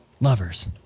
lovers